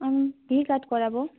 আমি ভি কাট করাব